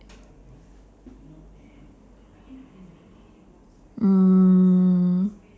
mm